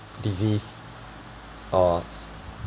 disease or